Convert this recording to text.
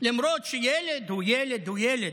למרות שילד הוא ילד הוא ילד.